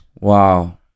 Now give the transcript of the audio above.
Wow